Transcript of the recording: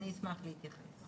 אני אשמח להתייחס.